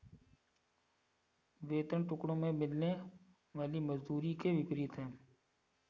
वेतन टुकड़ों में मिलने वाली मजदूरी के विपरीत है